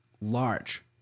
large